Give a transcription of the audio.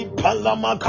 palama